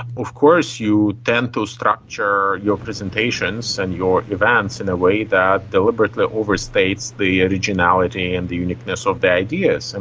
of course you tend to structure your presentations and your events in a way that deliberately overstates the originality and the uniqueness of the ideas. and